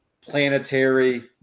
planetary